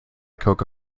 coca